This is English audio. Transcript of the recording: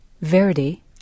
Verdi